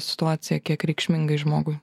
situaciją kiek reikšmingai žmogui